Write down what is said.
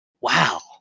Wow